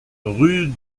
rue